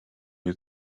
new